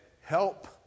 help